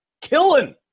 Killing